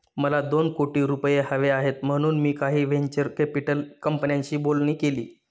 मला दोन कोटी रुपये हवे आहेत म्हणून मी काही व्हेंचर कॅपिटल कंपन्यांशी बोलणी केली